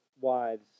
wives